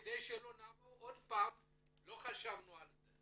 כדי שלא נבוא עוד פעם ונגיד "לא חשבנו על זה".